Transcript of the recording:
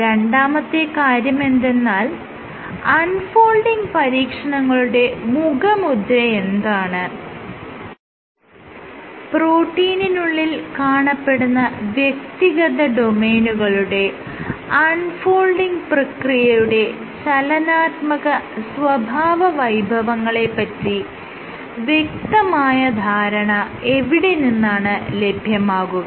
രണ്ടാമത്തെ കാര്യമെന്തെന്നാൽ unfolding പരീക്ഷണങ്ങളുടെ മുഖമുദ്രയെന്താണ് പ്രോട്ടീനിനുള്ളിൽ കാണപ്പെടുന്ന വ്യക്തിഗത ഡൊമെയ്നുകളുടെ അൺ ഫോൾഡിങ് പ്രക്രിയയുടെ ചലനാത്മക സ്വഭാവവൈഭവങ്ങളെ പറ്റി വ്യക്തമായ ധാരണ എവിടെ നിന്നാണ് ലഭ്യമാകുക